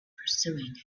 pursuing